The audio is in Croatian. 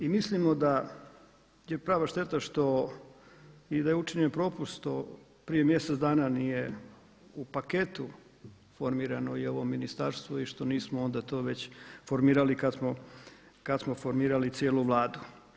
I mislimo da je prava šteta što i da je učinjen propust što prije mjesec dana nije u paketu formirano i ovo ministarstvo i što nismo onda to već formirali kad smo formirali cijelu Vladu.